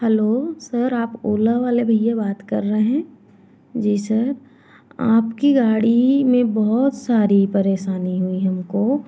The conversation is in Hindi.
हेलो सर आप ओला वाले भइया बात कर रहे हैं जी सर आपकी गाड़ी में बहुत सारी परेशानी हुई हमको